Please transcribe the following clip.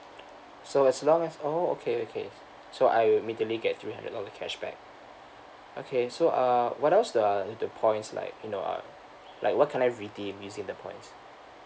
so as long as oh okay okay so I immediately get three hundred dollar cashback okay so uh what else uh the points like you know uh like what can I redeem using the points